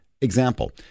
Example